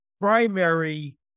primary